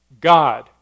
God